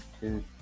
two